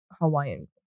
Hawaiian